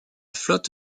flotte